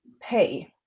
pay